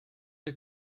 der